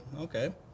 okay